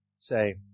say